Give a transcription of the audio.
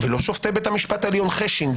ולא שופטי בית המשפט העליון חשין,